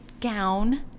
gown